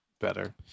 better